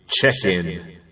check-in